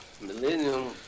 Millennium